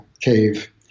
cave